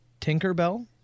Tinkerbell